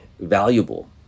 valuable